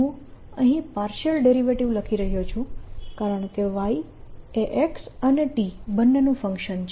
હું અહીં partial derivative લખી રહ્યો છું કારણકે y એ x અને t બંનેનું ફંક્શન છે